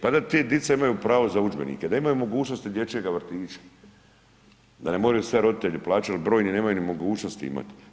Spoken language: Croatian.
Pa da djeca imaju pravo za udžbenike, da imaju mogućnosti dječjega vrtića, da ne moraju sve roditelji plaćati jer brojni nemaju ni mogućnosti imati.